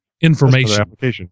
information